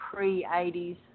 pre-'80s